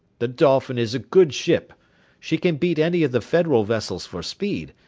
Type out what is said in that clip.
the dolphin is a good ship she can beat any of the federal vessels for speed,